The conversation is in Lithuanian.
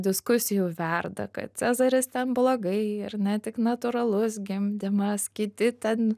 diskusijų verda kad cezaris ten blogai ir ne tik natūralus gimdymas kiti ten